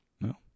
No